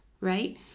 right